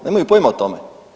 Nemaju pojma o tome.